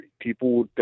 people